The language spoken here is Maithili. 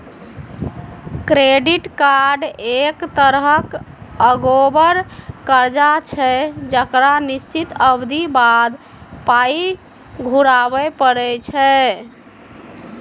क्रेडिट कार्ड एक तरहक अगोबार करजा छै जकरा निश्चित अबधी बाद पाइ घुराबे परय छै